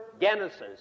Genesis